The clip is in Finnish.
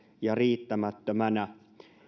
ja riittämättömänä